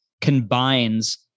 combines